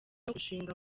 kurushinga